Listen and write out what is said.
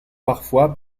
parfois